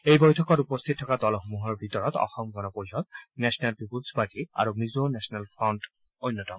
এই বৈঠকত উপস্থিত থকা দলসমূহৰ ভিতৰত Asom Gana Parishad national people's party আৰু মিজো নেশনেল ফ্ৰণ্ট অন্যতম